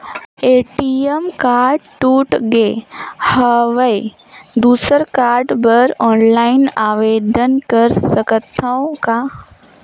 ATM card टूट गे हववं दुसर कारड बर ऑनलाइन आवेदन कर सकथव का?